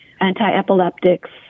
anti-epileptics